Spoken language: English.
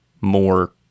more